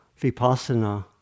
vipassana